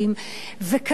וקדימה,